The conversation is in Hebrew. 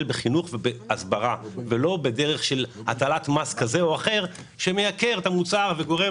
בחינוך ובהסברה ולא בדרך של הטלת מס שמייקר את המוצר וגורם